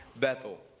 Bethel